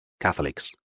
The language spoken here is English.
Catholics